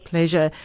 pleasure